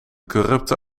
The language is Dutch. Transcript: corrupte